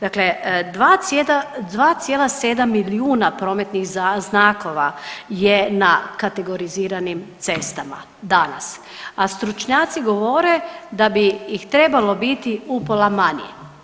Dakle 2,7 milijuna prometnih znakova je na kategoriziranim cestama danas, a stručnjaci govore da bi ih trebalo biti upola manje.